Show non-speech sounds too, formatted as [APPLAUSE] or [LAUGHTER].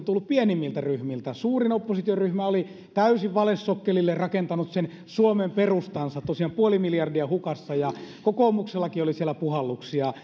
[UNINTELLIGIBLE] tulleet pienimmiltä ryhmiltä suurin oppositioryhmä oli täysin valesokkelille rakentanut sen suomen perustansa tosiaan puoli miljardia hukassa ja kokoomuksellakin oli siellä puhalluksia [UNINTELLIGIBLE]